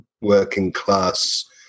working-class